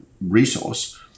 resource